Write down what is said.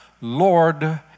Lord